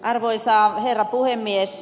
arvoisa herra puhemies